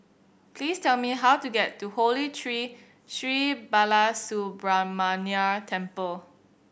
please tell me how to get to Holy Tree Sri Balasubramaniar Temple